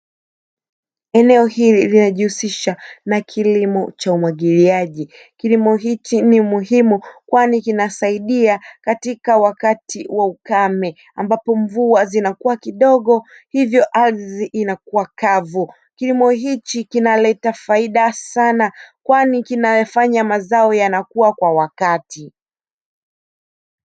Eneo hili linajihusisha na kilimo cha umwagiliaji kilimo hichi ni muhimu kwani kinasaidia katika wakati wa ukame ambapo mvua zinakuwa kidogo hivyo ardhi inakuwa kavu, kilimo hichi kinaleta faida sana kwani kinayafanya mazao yanakuwa kwa wakati.